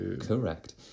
Correct